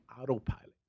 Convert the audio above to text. autopilot